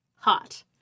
Hot